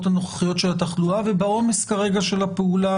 הנוכחיות של התחלואה ובעומס כרגע של הפעולה,